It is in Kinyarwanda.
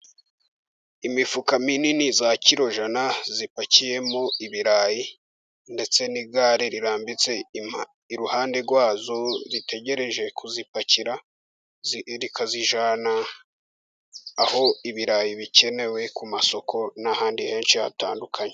Imifuka minini ya kirojana ipakiyemo ibirayi ndetse n'igare rirambitse iruhande rwayo, ritegereje kuyipakira ikayijyana aho ibirayi bikenewe ku masoko, n'ahandi henshi j.